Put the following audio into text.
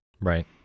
Right